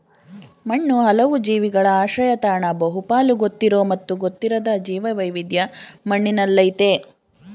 ಮಣ್ಣು ಹಲವು ಜೀವಿಗಳ ಆಶ್ರಯತಾಣ ಬಹುಪಾಲು ಗೊತ್ತಿರೋ ಮತ್ತು ಗೊತ್ತಿರದ ಜೀವವೈವಿಧ್ಯ ಮಣ್ಣಿನಲ್ಲಯ್ತೆ